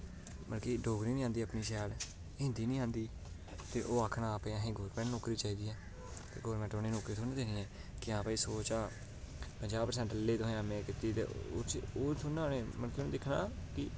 मतलब कि डोगरी नी आंदी अपनी शैल हिन्दी नी आंदी ते ओह् आक्खन आपें असें गौरमैंट नौकरी चाही दी ऐ गौरमैंट उनें नौकरी थोह्ड़े देनी ऐं के हां भाई सौ चा पंजा पर्सैंसैंट लेई तुसें ऐम ए कीती ते ओह् थोह्ड़े ना मतलव कि उनें दिक्खना